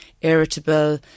irritable